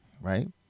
Right